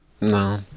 No